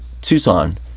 tucson